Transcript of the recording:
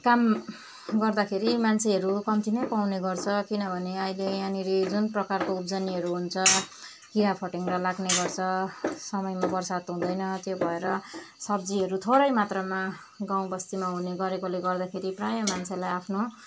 काम गर्दाखेरि मान्छेहरू कम्ती नै पाउने गर्छ किनभने अहिले यहाँनिर जुन प्रकारको उब्जनीहरू हुन्छ किराफट्याङ्ग्रा लाग्ने गर्छ समयमा बर्सात् हुँदैन त्यो भएर सब्जीहरू थोरै मात्रामा गाउँ बस्तीमा हुने गरेकोले गर्दाखेरि प्रायः मान्छेलाई आफ्नो